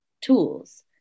tools